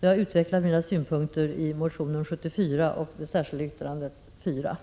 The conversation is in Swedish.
Jag har utvecklat mina synpunkter i motion nr 74 och i det särskilda yttrandet 4.